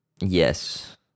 yes